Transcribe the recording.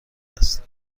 است